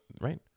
right